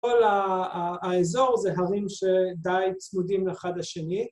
‫כל האזור זה הרים ‫שדי צמודים אחד לשני.